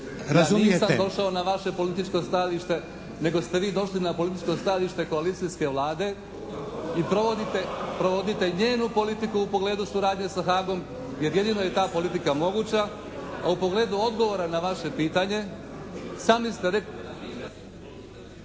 Ja nisam došao na naše političko stajalište nego ste vi došli na političko stajalište koalicijske Vlade i provodite njenu politiku u pogledu suradnje sa Haagom jer jedino je ta politika moguća a u pogledu odgovora na vaše pitanje sami ste rekli